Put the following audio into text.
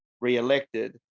re-elected